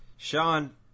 Sean